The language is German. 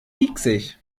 pieksig